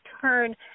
turn